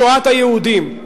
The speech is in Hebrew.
שואת היהודים,